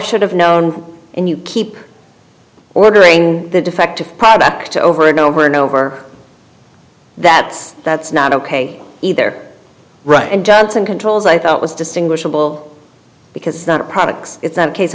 should have known and you keep ordering the defective product over and over and over that's that's not ok either right and johnson controls i thought was distinguishable because of products it's a case